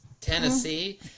Tennessee